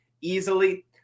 easily